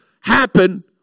happen